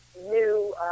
new